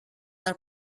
are